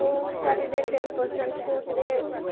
କେଉଁ ଶାଢ଼ିରେ ten percent କେଉଁଥିରେ